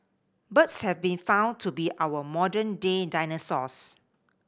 birds have been found to be our modern day dinosaurs